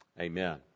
Amen